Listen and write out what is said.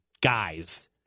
guys